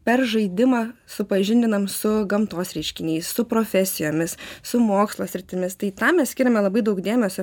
per žaidimą supažindinam su gamtos reiškiniais su profesijomis su mokslo sritimis tai tam mes skiriame labai daug dėmesio